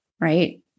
Right